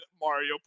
Mario